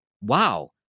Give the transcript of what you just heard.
wow